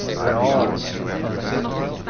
we are all consciousness.